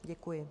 Děkuji.